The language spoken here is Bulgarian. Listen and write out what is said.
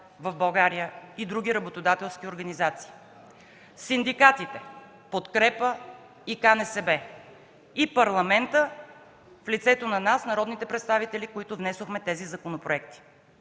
в България и други работодателски организации, синдикатите „Подкрепа” и КНСБ и Парламентът в лицето на нас – народните представители, които внесохме тези законопроекти.